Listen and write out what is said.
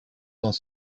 dans